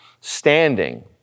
standing